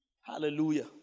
Hallelujah